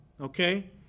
okay